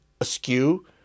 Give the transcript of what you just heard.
askew